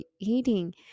eating